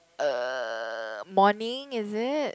uh morning is it